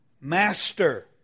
Master